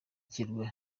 kirwa